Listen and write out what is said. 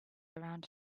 around